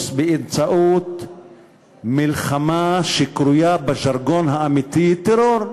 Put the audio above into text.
באמצעות מלחמה שקרויה בז'רגון האמיתי טרור.